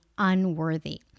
unworthy